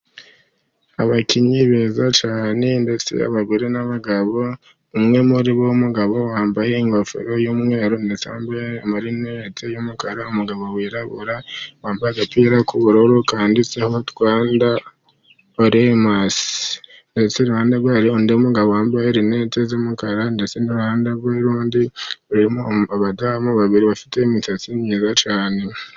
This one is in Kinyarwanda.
Abakinnyi beza cyane ndetse abagore n'abagabo umwe muri bo w'umugabo wambaye ingofero y'umweru ndetse wambaye amarinete y'umukara, umugabo wirabura wambaye agapira k'ubururu kanditseho Rwanda baremasi, ndetse iruhande rwe hariho undi mugabo wambaye linete z'umukara ndetse n'uruhande rwe rundi hariho abadamu babiri bafite imisatsi myiza cyane.